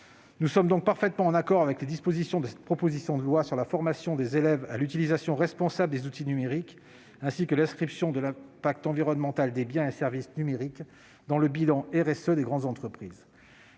Nous sommes donc parfaitement en accord avec les dispositions de cette proposition de loi sur la formation des élèves à l'utilisation responsable des outils numériques, ainsi qu'avec l'inscription de l'impact environnemental des biens et services numériques dans le bilan RSE des grandes entreprises.